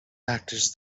actors